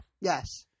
Yes